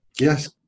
yes